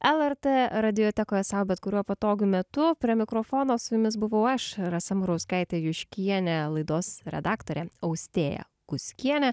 lrt radiotekoje sau bet kuriuo patogiu metu prie mikrofono su jumis buvau aš rasa murauskaitė juškienė laidos redaktorė austėja kuskienė